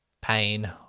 pain